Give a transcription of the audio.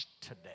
today